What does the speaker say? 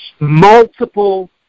multiple